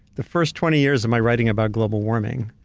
the first twenty years of my writing about global warming,